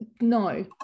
No